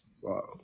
Wow